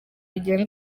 rigenga